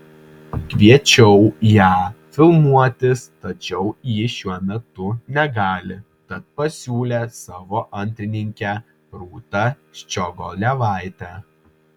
kviečiau ją filmuotis tačiau ji šiuo metu negali tad pasiūlė savo antrininkę rūtą ščiogolevaitę